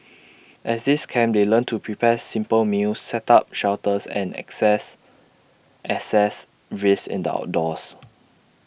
at these camps they learn to prepare simple meals set up shelters and access assess risks in the outdoors